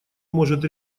может